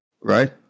right